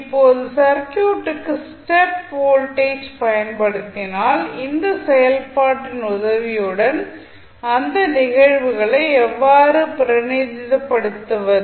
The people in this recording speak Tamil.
இப்போது சர்க்யூட்டுக்கு ஸ்டெப் வோல்டேஜ் பயன்படுத்தினால் இந்த செயல்பாட்டின் உதவியுடன் அந்த நிகழ்வுகளை எவ்வாறு பிரதிநிதித்துவபடுத்துவது